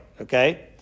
okay